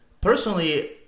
personally